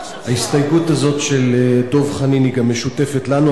ההסתייגות הזאת של דב חנין היא גם משותפת לנו,